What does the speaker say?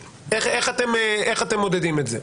איך אתם מודדים את זה?